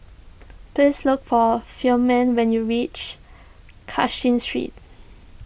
please look for Ferman when you reach Cashin Street